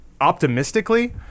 Optimistically